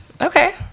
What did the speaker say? okay